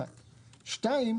שנית,